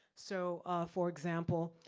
so for example,